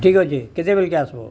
ଠିକ୍ ଅଛି କେତେବେଲ୍କେ ଆସିବ